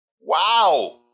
Wow